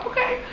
Okay